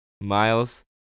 Miles